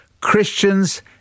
Christians